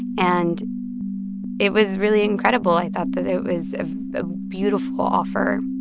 and it was really incredible. i thought that it was a beautiful offer,